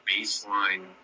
baseline